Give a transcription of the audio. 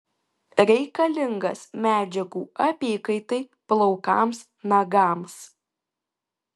reikalingas medžiagų apykaitai plaukams nagams